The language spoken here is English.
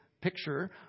picture